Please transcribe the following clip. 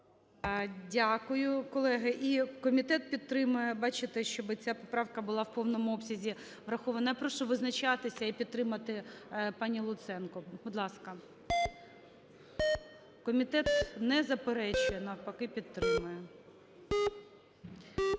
Дякую, колеги. І комітет підтримує, бачите, щоб ця поправка була в повному обсязі врахована. Я прошу визначатися і підтримати пані Луценко. Будь ласка. Комітет не заперечує, навпаки, підтримує.